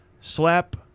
Slap